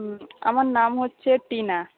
হুম আমার নাম হচ্ছে টিনা